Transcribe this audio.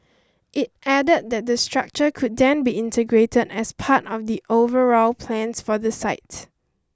it added that the structure could then be integrated as part of the overall plans for the site